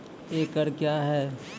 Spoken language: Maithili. एकड कया हैं?